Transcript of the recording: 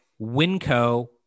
Winco